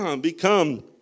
become